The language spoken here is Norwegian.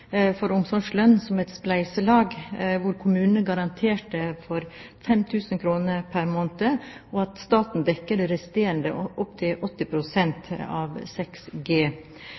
for omsorgslønn som et spleiselag, hvor kommunene garanterte for 5 000 kr pr. måned og staten dekket det resterende – opp til 80 pst. av 6 G.